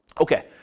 Okay